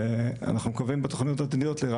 ואנחנו מקווים בתוכניות העתידיות רק